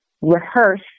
rehearse